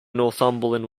northumberland